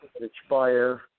expire